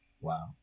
Wow